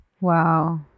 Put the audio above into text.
Wow